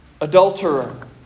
adulterer